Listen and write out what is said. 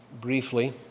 briefly